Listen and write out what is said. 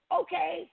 okay